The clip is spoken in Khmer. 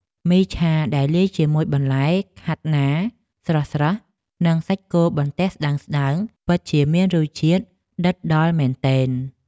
មីឆាដែលលាយជាមួយបន្លែខាត់ណាស្រស់ៗនិងសាច់គោបន្ទះស្តើងៗពិតជាមានរសជាតិដិតដល់មែនទែន។